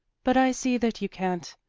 but i see that you can't.